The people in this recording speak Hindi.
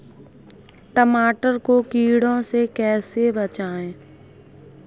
टमाटर को कीड़ों से कैसे बचाएँ?